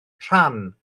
rhan